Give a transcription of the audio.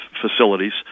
facilities